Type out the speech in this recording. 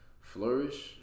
flourish